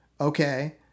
Okay